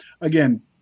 again